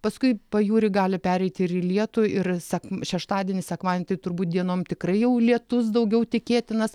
paskui pajūry gali pereiti ir į lietų ir sekm šeštadienį sekmadienį tai turbūt dienom tikrai jau lietus daugiau tikėtinas